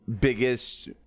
biggest